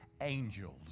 angels